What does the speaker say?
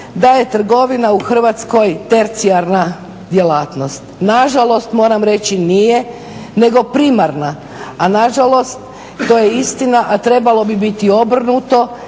da je trgovina u Hrvatskoj tercijarna djelatnost. Nažalost moram reći nije nego primarna a nažalost to je istina a trebalo bi biti obrnuto,